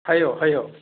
ꯍꯥꯏꯌꯣ ꯍꯥꯏꯌꯣ